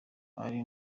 ari